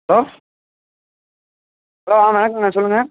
hello hello வாங்கங்க வணக்கம்ங்க சொல்லுங்கள்